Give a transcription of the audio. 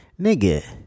nigga